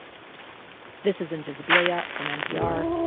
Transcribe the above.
this is invisibilia from npr.